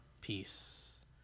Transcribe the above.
Peace